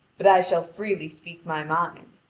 but i shall freely speak my mind.